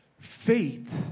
faith